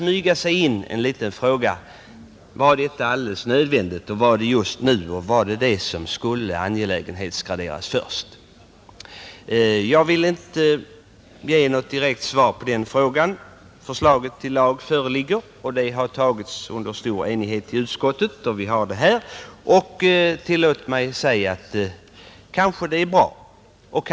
Men man kan ju undra om detta är alldeles nödvändigt och om detta just nu är vad som bör angelägenhetsgraderas först. Jag vill inte avge något direkt svar på den frågan. Nu föreligger lagförslaget, och det har biträtts under stor enighet i utskottet. Det kanske är bra.